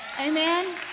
Amen